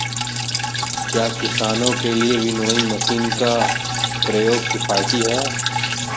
क्या किसानों के लिए विनोइंग मशीन का प्रयोग किफायती है?